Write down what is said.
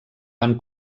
van